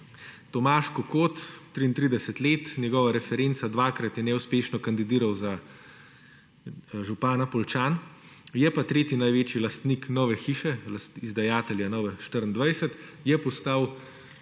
Tomaž Kokot, 33 let, njegova referenca: 2-krat je neuspešno kandidiral za župana Poljčan, je pa tretji največji lastnik Nove hiše, izdajatelje Nove 24, je postal